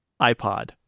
iPod